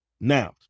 Now